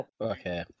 Okay